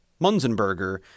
Munzenberger